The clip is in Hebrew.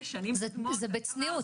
זה בצניעות,